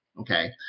Okay